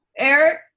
Eric